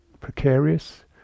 precarious